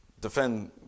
defend